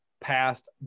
passed